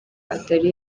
atari